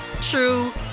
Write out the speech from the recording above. true